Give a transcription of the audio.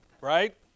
Right